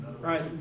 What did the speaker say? right